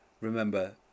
remember